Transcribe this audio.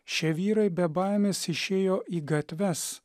šie vyrai be baimės išėjo į gatves